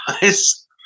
guys